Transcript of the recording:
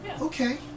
Okay